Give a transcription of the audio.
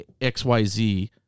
XYZ